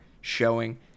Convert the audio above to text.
showing